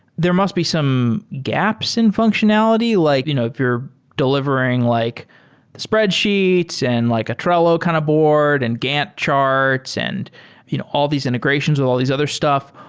there must be some gaps in functionality. like you know if you're delivering like spreadsheets and like a trello kind of board and gantt charts and you know all these integrations with all these other stuff.